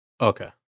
Okay